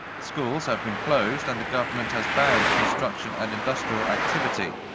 schools have been closed and the government has banned construction and industrial activity.